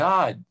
God